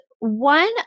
One